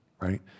right